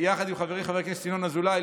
חברי חבר הכנסת ינון אזולאי,